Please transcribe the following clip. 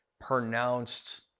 pronounced